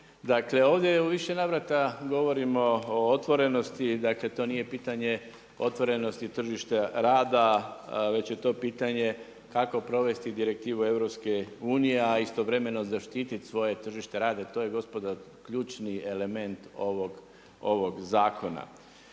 dakle, ovdje u više navrata govorimo o otvorenosti, dakle to nije pitanje otvorenosti tržišta rada već je to pitanje kako provesti direktivu EU a istovremeno zaštiti svoje tržište rada. To je gospodo ključni element ovog zakon.